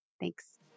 Thanks